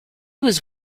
was